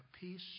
peace